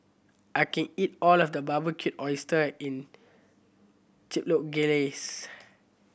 I can't eat all of the Barbecued Oyster in Chipotle Glaze